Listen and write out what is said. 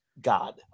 God